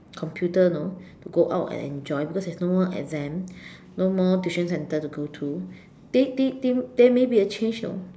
computer you know to go out and enjoy because there is no more exam no more tuition centre to go to they they there may be a change you know